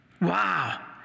Wow